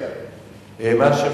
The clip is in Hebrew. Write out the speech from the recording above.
אם שכחת את שמי, תיזכר.